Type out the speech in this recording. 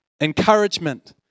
Encouragement